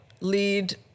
lead